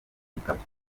ibikabyo